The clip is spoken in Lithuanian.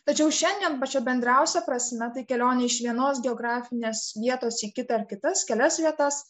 tačiau šiandien pačia bendriausia prasme tai kelionė iš vienos geografinės vietos į kitą ar kitas kelias vietas